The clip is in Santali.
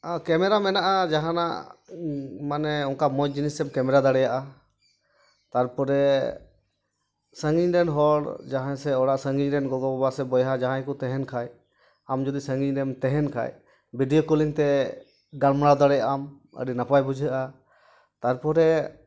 ᱠᱮᱢᱮᱨᱟ ᱢᱮᱱᱟᱜᱼᱟ ᱡᱟᱦᱟᱱᱟᱜ ᱢᱟᱱᱮ ᱚᱱᱝᱠᱟ ᱢᱚᱡᱽ ᱡᱤᱱᱤᱥᱮᱢ ᱠᱮᱢᱮᱨᱟ ᱫᱟᱲᱮᱭᱟᱜᱼᱟ ᱛᱟᱨᱯᱚᱨᱮ ᱥᱟ ᱜᱤᱧᱨᱮᱱ ᱦᱚᱲ ᱡᱟᱦᱟᱸᱭ ᱥᱮ ᱚᱲᱟᱜ ᱥᱟᱺᱜᱤᱧᱨᱮᱱ ᱜᱚᱜᱚᱼᱵᱟᱵᱟ ᱥᱮ ᱵᱚᱭᱦᱟ ᱡᱟᱦᱟᱸᱠᱚ ᱛᱮᱦᱮᱱᱠᱷᱟᱡ ᱟᱢ ᱡᱚᱫᱤ ᱥᱟᱺᱜᱤᱧᱨᱮᱢ ᱛᱮᱦᱮᱱᱠᱷᱟᱡ ᱵᱤᱰᱤᱭᱳ ᱠᱚᱞᱞᱤᱝᱛᱮ ᱜᱟᱞᱢᱟᱨᱟᱣ ᱫᱟᱲᱮᱭᱟᱜᱟᱢ ᱟᱹᱰᱤ ᱱᱟᱯᱟᱭ ᱵᱩᱡᱷᱟᱹᱜᱼᱟ ᱛᱟᱨᱯᱚᱨᱮ